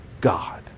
God